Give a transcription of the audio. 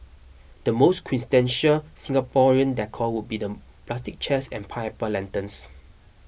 the most quintessential Singaporean decor would be the plastic chairs and pineapple lanterns